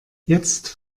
jetzt